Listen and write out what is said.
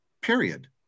period